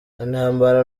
intambara